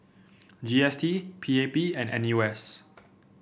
G S T P A P and N U S